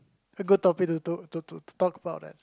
a good topic to to to to talk about that